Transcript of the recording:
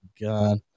God